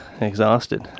exhausted